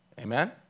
Amen